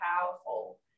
powerful